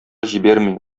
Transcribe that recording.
җибәрми